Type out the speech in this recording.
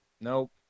nope